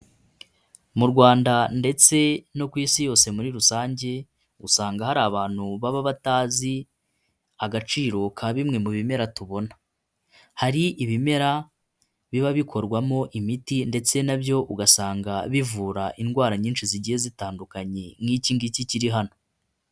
Mu Rwanda ndetse no ku isi yose muri rusange, usanga hari abantu baba batazi agaciro ka bimwe mu bimera tubona. Hari ibimera biba bikorwamo imiti ndetse na byo ugasanga bivura indwara nyinshi zigiye zitandukanye nk'iki ng'iki kiri hano.